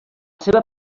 seva